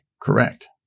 correct